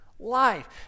Life